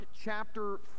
chapter